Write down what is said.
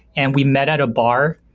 and we met at a bar.